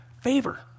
Favor